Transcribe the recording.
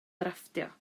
drafftio